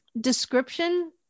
description